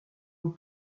nous